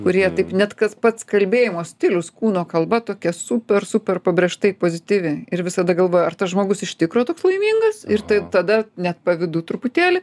kurie taip net kas pats kalbėjimo stilius kūno kalba tokia super super pabrėžtai pozityvi ir visada galvoju ar tas žmogus iš tikro toks laimingas ir tai tada net pavydu truputėlį